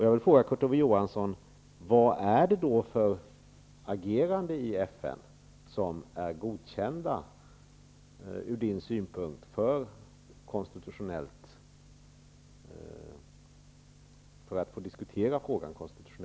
Jag vill fråga Kurt Ove Johansson: Vad är det då enligt som är godkända för konstitutionell diskussion?